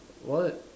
what